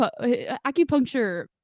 acupuncture